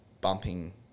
bumping